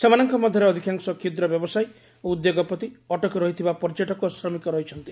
ସେମାନଙ୍କ ମଧ୍ୟରେ ଅଧିକାଂଶ କ୍ଷୁଦ୍ର ବ୍ୟବସାୟୀ ଓ ଉଦ୍ୟୋଗପତି ଅଟକି ରହିଥିବା ପର୍ଯ୍ୟଟକ ଓ ଶ୍ରମିକ ରହିଛନ୍ତି